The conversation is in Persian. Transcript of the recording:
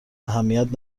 اهمیت